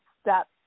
steps